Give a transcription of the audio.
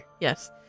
yes